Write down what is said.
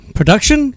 production